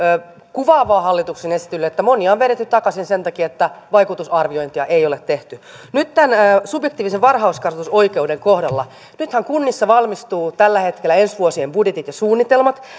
kuvaavaa hallituksen esityksille että monia on vedetty takaisin sen takia että vaikutusarviointia ei ole tehty nyt tämän subjektiivisen varhaiskasvatusoikeuden kohdalla nythän kunnissa valmistuvat tällä hetkellä ensi vuosien budjetit ja suunnitelmat